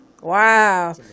Wow